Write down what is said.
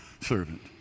servant